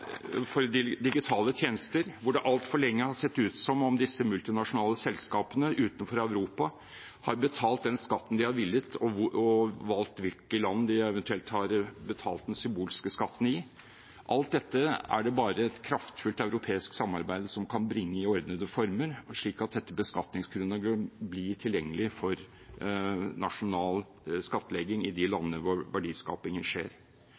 digitale tjenester, hvor det altfor lenge har sett ut som om disse multinasjonale selskapene utenfor Europa har betalt den skatten de har villet, og valgt hvilke land de eventuelt har betalt den symbolske skatten i, er det bare et kraftfullt europeisk samarbeid som kan bringe alt dette i ordnede former, slik at dette beskatningsgrunnlaget blir tilgjengelig for nasjonal skattlegging i de landene hvor verdiskapingen skjer.